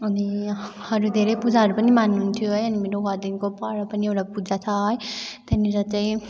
अनि अरू धेरै पुजाहरू पनि मान्नुहुन्थ्यो है मेरो घरदेखिको पर पनि एउटा पूजा छ है त्यहाँनिर चाहिँ